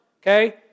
Okay